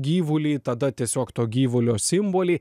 gyvulį tada tiesiog to gyvulio simbolį